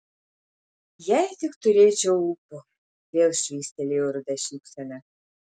jei tik turėčiau ūpo vėl švystelėjo ruda šypsena